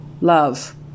love